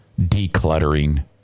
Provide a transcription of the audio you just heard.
decluttering